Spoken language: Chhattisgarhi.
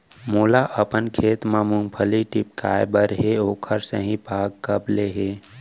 मोला अपन खेत म मूंगफली टिपकाय बर हे ओखर सही पाग कब ले हे?